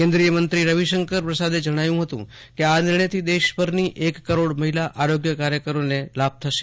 કેન્દ્રિયમંત્રી રવિશંકર પ્રસાદે જણાવ્યું હતું કે આ નિર્ણયથી દેશભરની એક કરોડ મહિલા આરોગ્ય કાર્યકરોને લાભ થશે